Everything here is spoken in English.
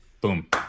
boom